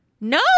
No